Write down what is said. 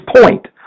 point